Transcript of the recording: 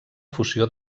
fusió